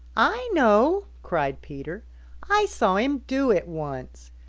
i know, cried peter i saw him do it once.